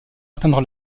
atteindre